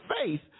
faith